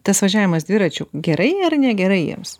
tas važiavimas dviračiu gerai ar negerai jiems